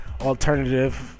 alternative